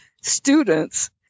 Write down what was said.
students